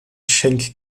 schenk